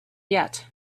yet